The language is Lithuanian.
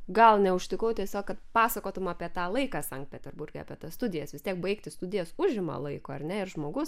gal neužtikau tiesiog kad pasakotum apie tą laiką sankt peterburge apie tas studijas vis tiek baigti studijas užima laiko ar ne ir žmogus